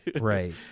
Right